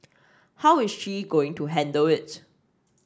how is she going to handle it